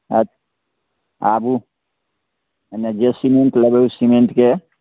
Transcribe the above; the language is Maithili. अऽ आबु एने जे सीमेन्ट लेबै ओइ सीमेन्टके